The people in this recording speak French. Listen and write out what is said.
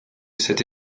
cette